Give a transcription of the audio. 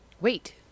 Wait